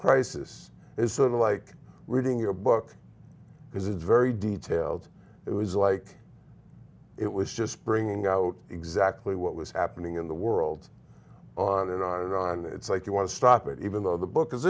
crisis is sort of like reading your book because it's very detailed it was like it was just bringing out exactly what was happening in the world on and on and on it's like you want to stop it even though the book is